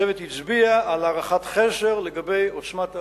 הצוות הצביע על הערכת חסר לגבי עוצמת האלימות.